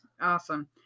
Awesome